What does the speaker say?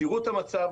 תראו את המצב.